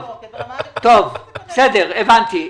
בסדר, הבנתי.